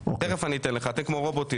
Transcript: תכף אני אתן לך אתן כמו רובוטים,